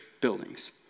buildings